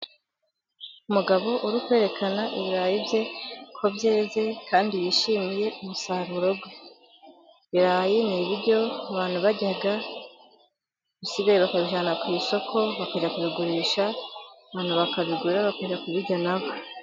Umugabo uri kwerekana ibirayi bye ko byeze, kandi yishimiye musaruro we. Ibirayi ni ibiryo abantu barya, ibisigaye bakabijyana ku isoko bakajya kubigurisha, abantu bakabigura bakajya kubirya nabo.